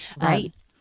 Right